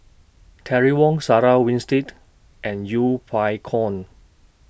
Terry Wong Sarah Winstedt and Yeng Pway